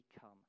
come